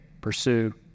pursue